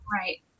Right